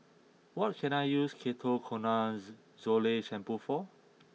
what can I use Ketoconazole shampoo for